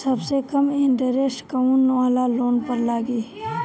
सबसे कम इन्टरेस्ट कोउन वाला लोन पर लागी?